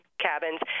cabins